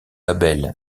label